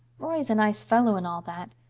roy is a nice fellow and all that.